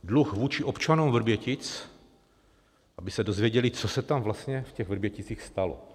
Dluh vůči občanům Vrbětic, aby se dozvěděli, co se tam vlastně v těch Vrběticích stalo.